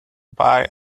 buy